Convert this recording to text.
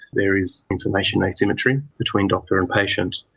there is information asymmetry between doctor and patient,